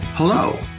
Hello